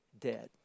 dead